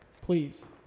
please